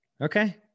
Okay